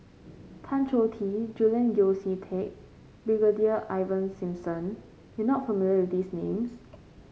Tan Choh Tee Julian Yeo See Teck Brigadier Ivan Simson you are not familiar with these names